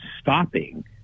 stopping